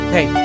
Hey